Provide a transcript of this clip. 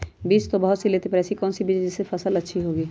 बीज तो बहुत सी लेते हैं पर ऐसी कौन सी बिज जिससे फसल अच्छी होगी?